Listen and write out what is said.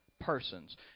Persons